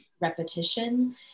repetition